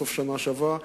בסוף השנה שעברה,